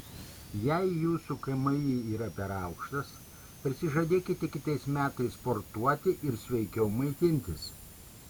jei jūsų kmi yra per aukštas prisižadėkite kitais metais sportuoti ir sveikiau maitintis